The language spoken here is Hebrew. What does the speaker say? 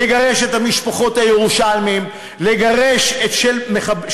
לגרש את המשפחות הירושלמיות של המחבלים,